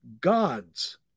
God's